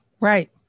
right